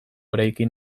eraikin